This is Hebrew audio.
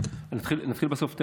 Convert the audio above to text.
נתחיל מהסוף.